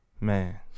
man